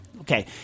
Okay